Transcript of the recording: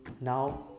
now